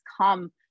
come